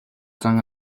зан